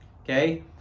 okay